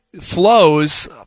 flows